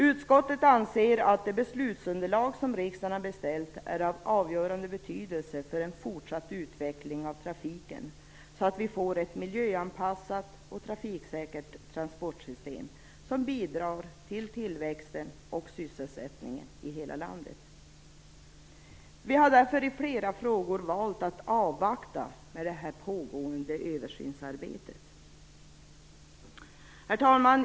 Utskottet anser att det beslutsunderlag som riksdagen har beställt är av avgörande betydelse för en fortsatt utveckling av trafiken så att vi får ett miljöanpassat och trafiksäkert transportsystem som bidrar till tillväxt och sysselsättning i hela landet. Vi har därför i flera frågor valt att avvakta det pågående trafikpolitiska översynsarbetet. Herr talman!